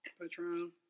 Patron